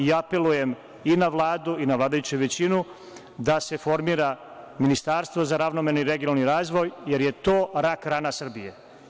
Apelujem i na Vladu i na vladajuću većinu da se formira ministarstvo za ravnomerni i regionalni razvoj, jer je to rak rana Srbije.